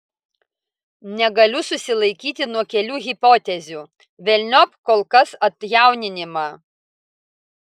negaliu susilaikyti nuo kelių hipotezių velniop kol kas atjauninimą